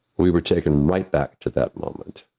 we were taken right back to that moment,